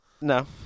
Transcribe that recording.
No